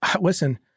listen